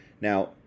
Now